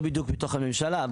הוא לא בדיוק בתוך הממשלה.